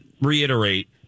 reiterate